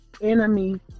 enemy